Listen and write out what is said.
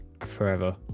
forever